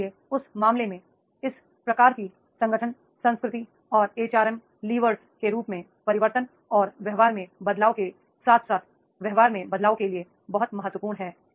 इसलिए उस मामले में इस प्रकार की संगठन संस्कृति और एचआरएम लीवर के रूप में परिवर्तन और व्यवहार में बदलाव के साथ साथ व्यवहार में बदलाव के लिए बहुत महत्वपूर्ण है